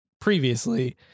previously